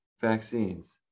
vaccines